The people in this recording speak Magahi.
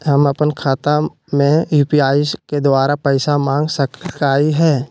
हम अपन खाता में यू.पी.आई के द्वारा पैसा मांग सकई हई?